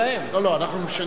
לא לא, אנחנו משנים אותם.